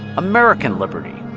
american liberty